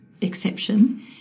exception